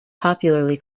popularly